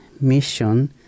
mission